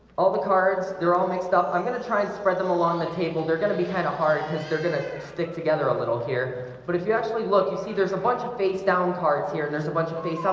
all the cards they're all mixed up. i'm gonna try and spread them along the table they're gonna be kind of hard because they're gonna stick together a little here but if you actually look you see there's a bunch of facedown cards here and there's a bunch of face